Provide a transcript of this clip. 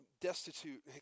destitute